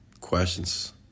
Questions